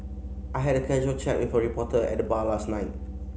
I had a casual chat with a reporter at the bar last night